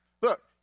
Look